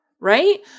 Right